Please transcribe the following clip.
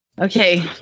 Okay